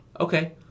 Okay